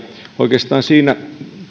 oikeastaan siitä